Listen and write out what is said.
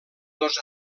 dos